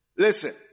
Listen